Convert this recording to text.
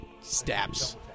stabs